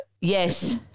Yes